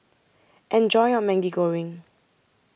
Enjoy your Maggi Goreng